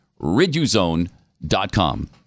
RidUZone.com